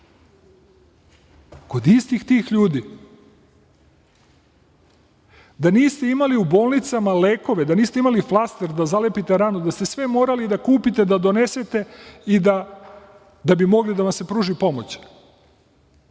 kod istih tih ljudi. Da niste imali u bolnicama lekove, da niste imali flaster da zalepite ranu, da ste sve morali da kupite, da donesete da bi mogla da vam se pruži